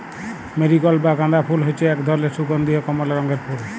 marigold বা গাঁদা ফুল হচ্যে এক ধরলের সুগন্ধীয় কমলা রঙের ফুল